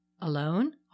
alone